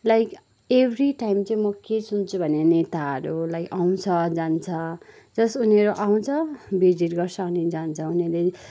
like every time चाहिँ म के सुन्छु भने नेताहरू लाइक आउँछ जान्छ जस्ट उनीहरू आउँछ भिजिट गर्छ अनि जान्छ उनीहरूले